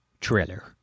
trailer